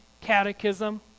Catechism